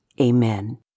Amen